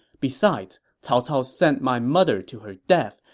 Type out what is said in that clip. besides, cao cao sent my mother to her death,